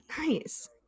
Nice